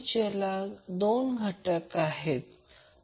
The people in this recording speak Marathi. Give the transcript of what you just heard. ज्याला दोन घटक आहेत